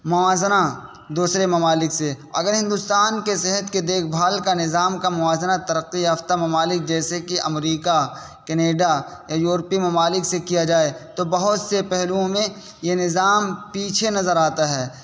موازنہ دوسرے ممالک سے اگر ہندوستان کے صحت کے دیکھ بھال کا نظام کا موازنہ ترقی یافتہ ممالک جیسے کہ امریکہ کنیڈا یا یورپی ممالک سے کیا جائے تو بہت سے پہلوؤں میں یہ نظام پیچھے نظر آتا ہے